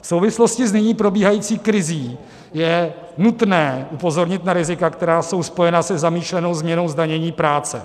V souvislosti s nyní probíhající krizí je nutné upozornit na rizika, která jsou spojena se zamýšlenou změnou zdanění práce.